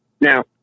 now